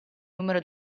numero